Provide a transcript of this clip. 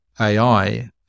AI